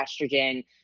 estrogen